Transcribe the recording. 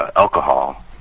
alcohol